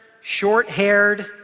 short-haired